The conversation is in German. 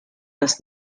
das